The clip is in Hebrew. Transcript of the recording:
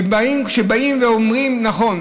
ובאים ואומרים: נכון,